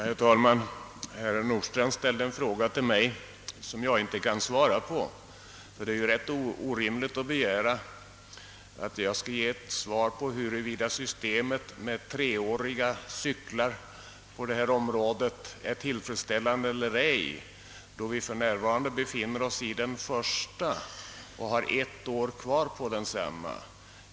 Herr talman! Herr Nordstrandh ställde en fråga till mig som jag inte kan svara på. Det är ju ganska orimligt att begära att jag skall ge ett svar på huruvida systemet med treåriga perioder på detta område är tillfredsställande eller ej, då vi för närvarande befinner oss i första perioden och har ett år kvar på densamma.